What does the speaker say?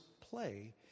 play